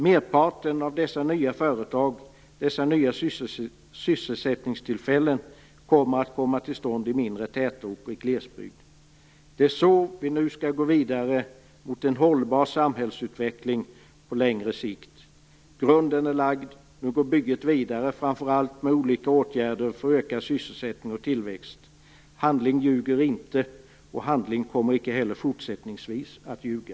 Merparten av dessa nya företag, dessa nya sysselsättningstillfällen, kommer att komma till stånd i mindre tätorter och i glesbygd. Det är på detta sätt vi nu skall gå vidare mot en hållbar samhällsutveckling på längre sikt. Grunden är lagd. Nu går bygget vidare, framför allt genom olika åtgärder för ökad sysselsättning och tillväxt. Handling ljuger inte. Och handling kommer inte heller fortsättningsvis att ljuga.